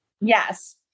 Yes